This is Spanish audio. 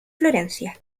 florencia